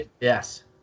Yes